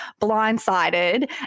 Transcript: blindsided